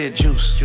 juice